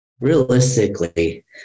realistically